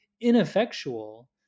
ineffectual